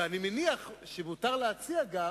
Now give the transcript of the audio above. ואני מניח שמותר להציע גם